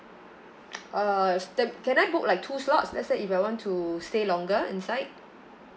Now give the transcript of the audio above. uh stem~ can I book like two slots let's say if I want to stay longer inside